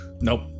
Nope